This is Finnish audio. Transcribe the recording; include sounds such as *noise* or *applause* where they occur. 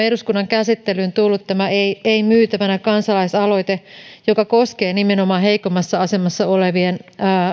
*unintelligible* eduskunnan käsittelyyn tullut tämä ei ei myytävänä kansalaisaloite joka koskee nimenomaan heikommassa asemassa olevien